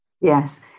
Yes